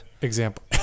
Example